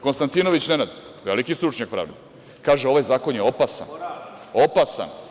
Konstantinović Nenad, veliki stručnjak pravde, kaže - ovaj zakon je opasan.